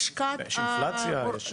יש אינפלציה.